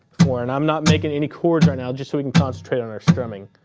four, and i'm not making any chords right now just so we can concentrate on our strumming.